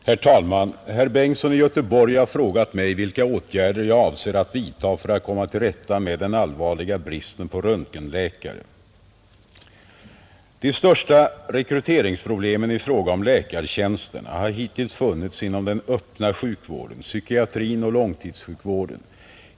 Herr talman! Herr Bengtsson i Göteborg har frågat mig vilka åtgärder jag avser att vidta för att komma till rätta med den allvarliga bristen på röntgenläkare. De största rekryteringsproblemen i fråga om läkartjänsterna har hittills funnits inom den öppna sjukvården, psykiatrin och långtidssjukvården,.